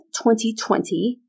2020